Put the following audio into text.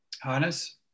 Hannes